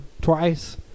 twice